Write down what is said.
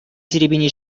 серепине